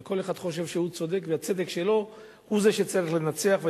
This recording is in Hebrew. וכל אחד חושב שהוא צודק והצדק שלו הוא שצריך לנצח.